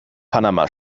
panama